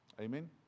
Amen